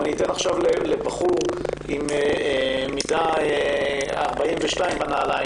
אם אתן עכשיו לבחור עם מידה 42 בנעליים